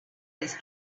his